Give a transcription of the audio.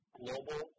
global